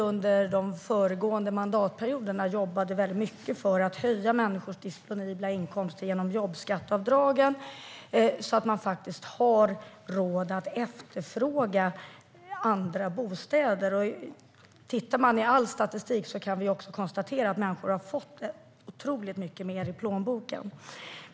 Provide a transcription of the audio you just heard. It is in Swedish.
Under föregående mandatperioder jobbade vi mycket för att genom jobbskatteavdragen höja människors disponibla inkomster så att de skulle få råd att efterfråga andra bostäder. All statistik visar att människor också har fått mycket mer i plånboken.